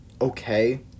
okay